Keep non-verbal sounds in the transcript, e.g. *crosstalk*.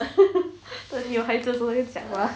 *laughs* 等你有孩子的时候再讲 lah